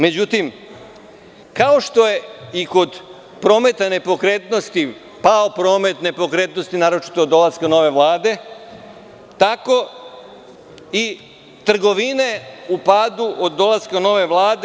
Međutim, kao što je i kod prometa nepokretnosti pao promet nepokretnosti, naročito od dolaska nove Vlade, tako i trgovine su u padu od dolaska nove Vlade.